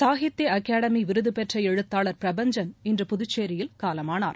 சாகித்ய அகாடமி விருது பெற்ற எழுத்தாளர் பிரபஞ்சன் இன்று புதுச்சேரியில் காலமானார்